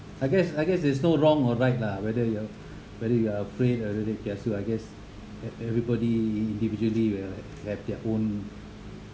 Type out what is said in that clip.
I guess I guess there's no wrong or right lah whether you're whether you are afraid or a little bit kiasu I guess that everybody individually will have their own